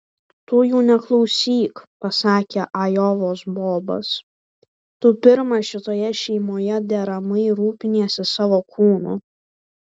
tu jų neklausyk pasakė ajovos bobas tu pirmas šitoje šeimoje deramai rūpiniesi savo kūnu